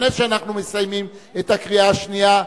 לפני שאנחנו מסיימים את הקריאה השנייה,